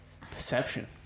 perception